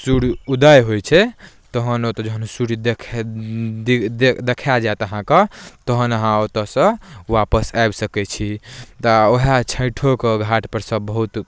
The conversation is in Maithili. सूर्य उदय होइ छै तहन ओतय जखन सूर्य दे दे देखाए जायत अहाँके तहन अहाँ ओतय सँ वापस आबि सकै छी तऽ उएह छठिओके घाटपर सभ बहुत